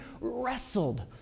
wrestled